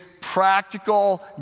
practical